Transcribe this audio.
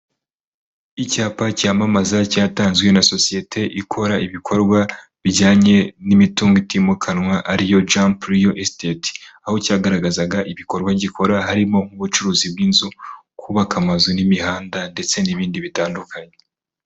Icyapa cyamamaza cyatanzwe na sosiyete ikora ibikorwa bijyanye n'imitungo itimukanwa ariyo jampuriyo esiteti, aho cyagaragazaga ibikorwa gikora harimo nk'ubucuruzi bw'inzu, kubaka amazu n'imihanda ndetse n'ibindi bitandukanye.